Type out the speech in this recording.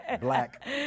Black